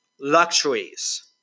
luxuries